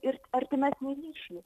ir artimesnį ryšį